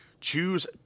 choose